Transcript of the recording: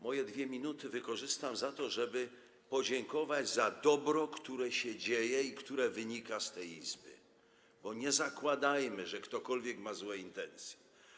Moje 2 minuty wykorzystam na to, żeby podziękować za dobro, które się dzieje i które wynika, płynie z tej Izby, bo nie zakładajmy, że ktokolwiek ma złe intencje.